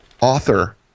author